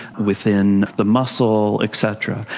within the muscle, etc.